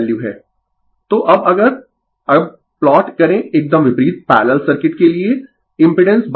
Refer slide Time 3103 तो अब अगर अब प्लॉट करें एकदम विपरीत पैरलल सर्किट के लिए इम्पिडेंस ω